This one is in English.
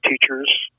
teachers